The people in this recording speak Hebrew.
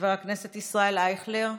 חבר הכנסת ישראל אייכלר,